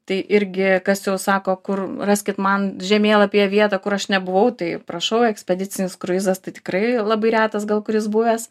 tai irgi kas jau sako kur raskit man žemėlapyje vietą kur aš nebuvau tai prašau ekspedicinis kruizas tai tikrai labai retas gal kuris buvęs